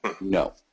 no